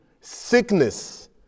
sickness